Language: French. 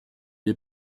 est